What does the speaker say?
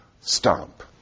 Stomp